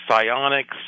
psionics